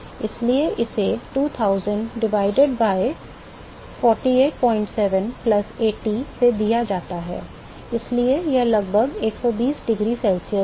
इसलिए इसे 2000 divided by 487 plus 80 से दिया जाता है इसलिए यह लगभग 120 डिग्री C है